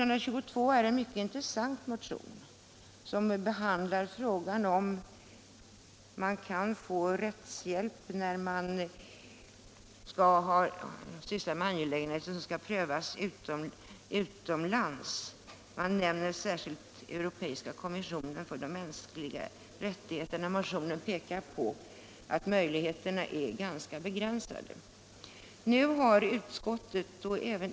Det är en mycket intressant motion, som behandlar frågan, om man kan få rättshjälp för angelägenheter som skall prövas utomlands. Motionärerna nämner särskilt europeiska kommissionen för de mänskliga rättigheterna. Motionärerna visar på att möjligheterna till sådan rättshjälp är ganska begränsade.